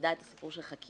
מורידה את הסיפור של חקירות.